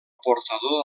portador